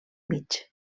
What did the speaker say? mig